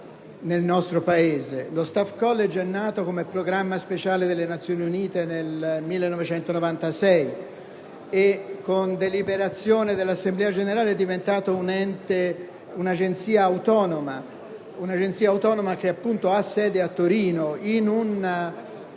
Lo Staff College è nato come programma speciale delle Nazioni Unite nel 1996 e, con deliberazione dell'Assemblea generale, tale istituto è diventato agenzia autonoma, con sede a Torino, in un